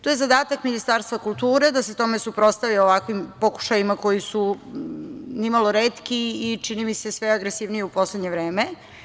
To je zadatak Ministarstva kulture da se tome suprotstavi ovakvim pokušajima koji su nimalo retki i, čini mi se, sve agresivniji u poslednje vreme.